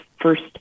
first